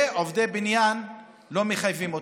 ועובדי בניין, לא מחייבים אותם.